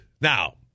Now